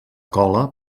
cola